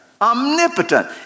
omnipotent